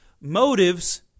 Motives